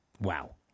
Wow